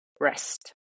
rest